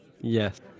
Yes